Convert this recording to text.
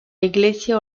iglesia